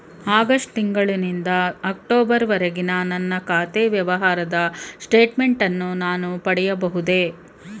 August ತಿಂಗಳು ನಿಂದ October ವರೆಗಿನ ನನ್ನ ಖಾತೆ ವ್ಯವಹಾರದ ಸ್ಟೇಟ್ಮೆಂಟನ್ನು ನಾನು ಪಡೆಯಬಹುದೇ?